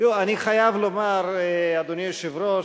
אני חייב לומר, אדוני היושב-ראש,